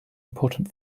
important